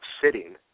sitting